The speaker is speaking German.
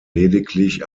lediglich